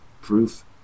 proof